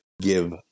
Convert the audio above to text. give